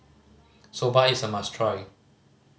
soba is a must try